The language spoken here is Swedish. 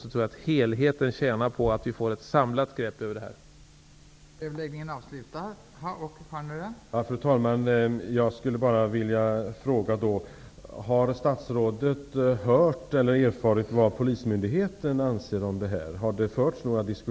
Jag tror att vi tjänar på att få ett samlat grepp när det gäller helheten i den här frågan.